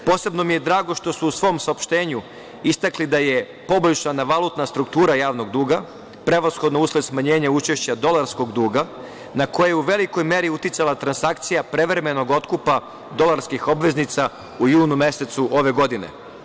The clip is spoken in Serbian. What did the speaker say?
Posebno mi je drago što su u svom saopštenju istakli da je poboljšana valutna struktura javnog duga, prevashodno usled smanjenja učešća dolarskog duga, na koju je u velikoj meri uticala transakcija prevremenog otkupa dolarskih obveznica u junu mesecu ove godine.